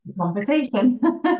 conversation